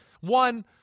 One